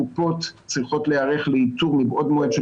הקופות צריכות להיערך לאיתור מבעוד מועד של